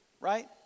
Right